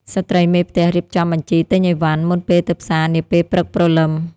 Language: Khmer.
ស្ត្រីមេផ្ទះរៀបចំបញ្ជីទិញអីវ៉ាន់ មុនពេលទៅផ្សារនាពេលព្រឹកព្រលឹម។